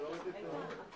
הישיבה ננעלה בשעה